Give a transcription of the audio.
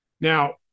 now